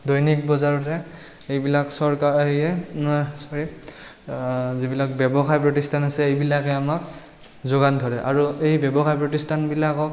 দৈনিক বজাৰতে এইবিলাক চৰকাৰ যিবিলাক ব্যৱসায় প্ৰতিষ্ঠান আছে এইবিলাকে আমাক যোগান ধৰে আৰু এই ব্যৱসায় প্ৰতিষ্ঠানবিলাকক